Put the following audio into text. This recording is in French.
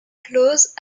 close